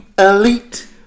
Elite